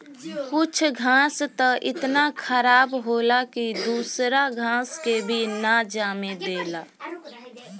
कुछ घास त इतना खराब होला की दूसरा घास के भी ना जामे देला